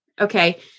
okay